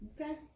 Okay